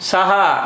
Saha